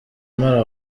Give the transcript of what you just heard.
amara